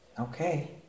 Okay